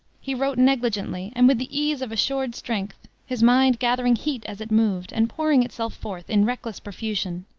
he wrote negligently and with the ease of assured strength, his mind gathering heat as it moved, and pouring itself forth in reckless profusion.